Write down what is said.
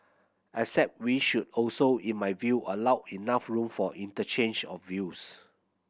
except we should also in my view allow enough room for interchange of views